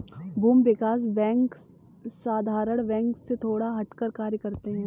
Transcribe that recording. भूमि विकास बैंक साधारण बैंक से थोड़ा हटकर कार्य करते है